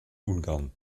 ungarn